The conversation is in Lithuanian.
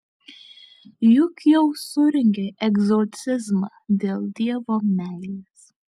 juk jau surengei egzorcizmą dėl dievo meilės